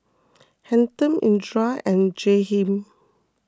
Hampton Edra and Jaheem